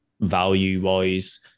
Value-wise